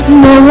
no